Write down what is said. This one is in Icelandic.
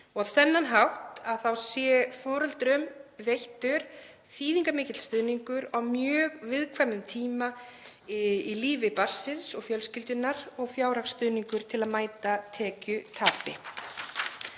á þennan hátt sé foreldrum veittur þýðingarmikill stuðningur á mjög viðkvæmum tíma í lífi barnsins og fjölskyldunnar og fjárhagsstuðningur til að mæta tekjutapi.